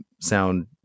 sound